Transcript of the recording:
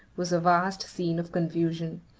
was a vast scene of confusion.